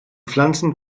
pflanzen